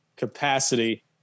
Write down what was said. capacity